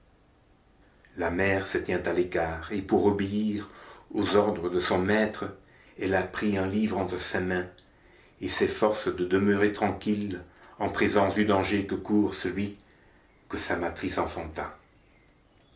la mère se tient à l'écart et pour obéir aux ordres de son maître elle a pris un livre entre ses mains et s'efforce de demeurer tranquille en présence du danger que court celui que sa matrice